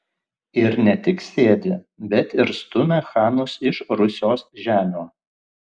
ir ne tik sėdi bet ir stumia chanus iš rusios žemių